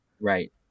Right